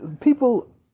people